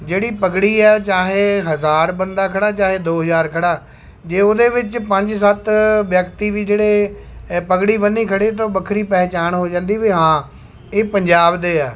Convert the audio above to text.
ਜਿਹੜੀ ਪੱਗੜੀ ਹੈ ਚਾਹੇ ਹਜ਼ਾਰ ਬੰਦਾ ਖੜ੍ਹਾ ਚਾਹੇ ਦੋ ਹਜ਼ਾਰ ਖੜ੍ਹਾ ਜੇ ਉਹਦੇ ਵਿੱਚ ਪੰਜ ਸੱਤ ਵਿਅਕਤੀ ਵੀ ਜਿਹੜੇ ਪੱਗੜੀ ਬੰਨ੍ਹੀ ਖੜ੍ਹੇ ਤਾਂ ਉਹ ਵੱਖਰੀ ਪਹਿਚਾਣ ਹੋ ਜਾਂਦੀ ਵੀ ਹਾਂ ਇਹ ਪੰਜਾਬ ਦੇ ਹੈ